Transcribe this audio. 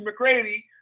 McGrady